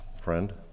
friend